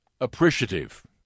appreciative